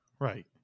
Right